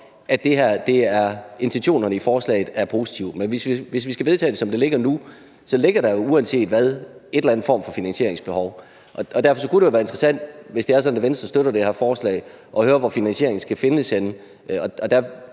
fald enige om, at intentionerne i forslaget er positive. Men hvis vi skal vedtage det, som det ligger nu, så ligger der jo uanset hvad en eller anden form for finansieringsbehov. Derfor kunne det jo være interessant – hvis det er sådan, at Venstre støtter det her forslag – at høre, hvor finansieringen skal findes. Der